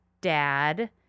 dad